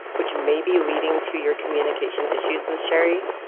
which may be leading to your communication issues with sherry.